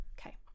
Okay